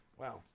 Wow